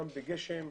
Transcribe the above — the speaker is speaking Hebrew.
גם בגשם,